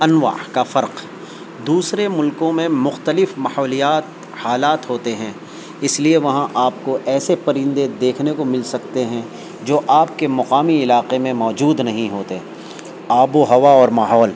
انواع کا فرق دوسرے ملکوں میں مختلف ماحولیات حالات ہوتے ہیں اس لیے وہاں آپ کو ایسے پرندے دیکھنے کو مل سکتے ہیں جو آپ کے مقامی علاقے میں موجود نہیں ہوتے آب و ہوا اور ماحول